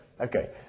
Okay